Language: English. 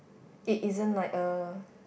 it isn't like a